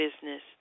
business